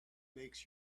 makes